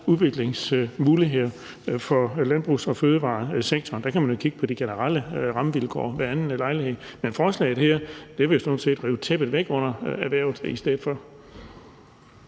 udviklingsmuligheder for landbrugs- og fødevaresektoren. Man kan jo kigge på de generelle rammevilkår ved anden lejlighed. Men forslaget her vil sådan set rive tæppet væk under erhvervet i stedet for.